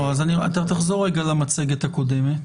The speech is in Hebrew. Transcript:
תחזור רגע לשקף הקודם.